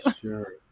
Sure